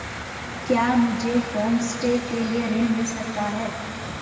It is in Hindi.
क्या मुझे होमस्टे के लिए ऋण मिल सकता है?